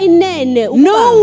no